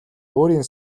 өөрийн